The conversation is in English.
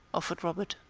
offered robert.